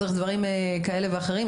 צריך דברים כאלה ואחרים.